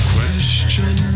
Question